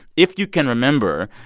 if you can remember,